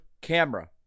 camera